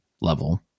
level